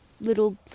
little